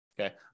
okay